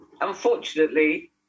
unfortunately